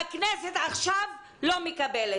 והכנסת עכשיו לא מקבלת?